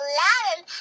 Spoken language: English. Aladdin